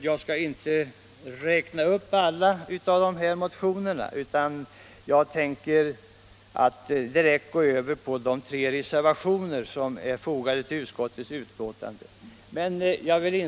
Jag skall inte räkna upp dem alla utan tänker gå över till att beröra de tre reservationer som är fogade vid betänkandet.